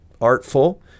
artful